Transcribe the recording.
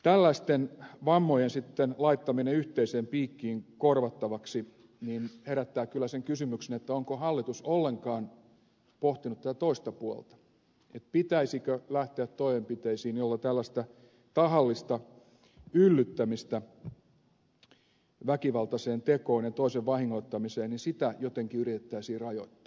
tällaisten vammojen laittaminen sitten yhteiseen piikkiin korvattavaksi herättää kyllä sen kysymyksen onko hallitus ollenkaan pohtinut tätä toista puolta että pitäisikö lähteä toimenpiteisiin joilla tällaista tahallista yllyttämistä väkivaltaiseen tekoon ja toisen vahingoittamiseen jotenkin yritettäisiin rajoittaa